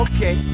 Okay